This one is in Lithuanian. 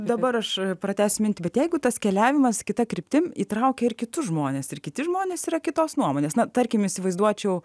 dabar aš pratęs mintį bet jeigu tas keliavimas kita kryptim įtraukia ir kitus žmones ir kiti žmonės yra kitos nuomonės na tarkim įsivaizduočiau